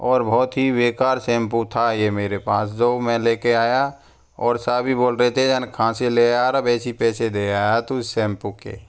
और बहुत ही बेकार शैम्पू था यह मेरे पास जो मैं लेकर आया और सभी बोल रहे थे जाने कहाँ से ले आया और वैसे ही पैसे दे आया तू इस शैम्पू के